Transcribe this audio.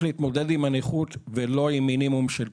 להתמודד עם הנכות ולא עם מינימום של כסף.